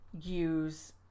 use